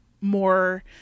more